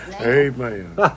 Amen